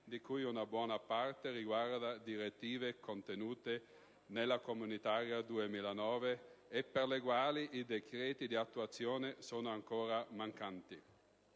di cui una buona parte riguarda direttive contenute nella legge comunitaria 2009 e per le quali i decreti di attuazione sono ancora mancanti.